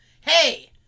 hey